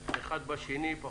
אחד בשני.